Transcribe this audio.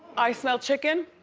i smell chicken.